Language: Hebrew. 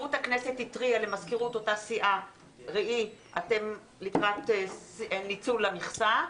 מזכירות הכנסת התריעה למזכירות אותה סיעה שהם לקראת ניצול המכסה.